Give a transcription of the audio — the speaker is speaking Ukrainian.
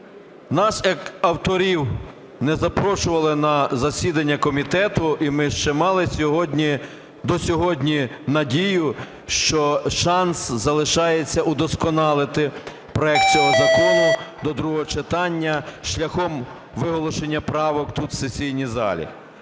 Нас як авторів не запрошували на засідання комітету і ми ще мали до сьогодні надію, що шанс залишається удосконалити проект цього закону до другого читання шляхом виголошення правок тут в сесійній залі.